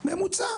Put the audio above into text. ממוצע.